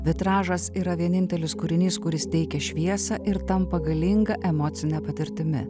vitražas yra vienintelis kūrinys kuris teikia šviesą ir tampa galinga emocine patirtimi